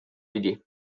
pidi